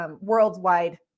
worldwide